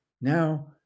Now